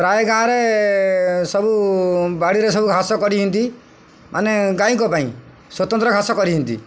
ପ୍ରାୟ ଗାଁରେ ସବୁ ବାଡ଼ିରେ ସବୁ ଘାସ କରିଛନ୍ତି ମାନେ ଗାଈଙ୍କ ପାଇଁ ସ୍ୱତନ୍ତ୍ର ଘାସ କରିିଛନ୍ତି